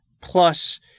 Plus